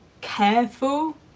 careful